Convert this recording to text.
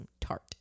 Tart